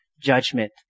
judgment